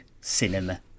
cinema